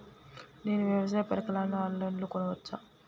నేను వ్యవసాయ పరికరాలను ఆన్ లైన్ లో కొనచ్చా?